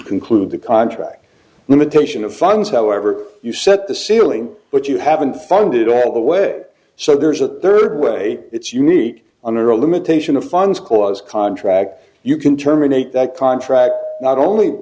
conclude the contract limitation of funds however you set the ceiling but you haven't funded all the way so there's a third way it's unique under a limitation of funds cause contract you can terminate that contract not only